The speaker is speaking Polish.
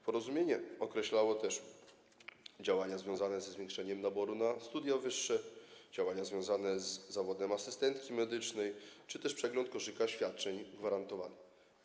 Porozumienie określało też działania związane ze zwiększeniem naboru na studia wyższe i działania związane z zawodem asystentki medycznej czy też uwzględniało przegląd koszyka świadczeń gwarantowanych.